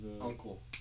uncle